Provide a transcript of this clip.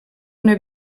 una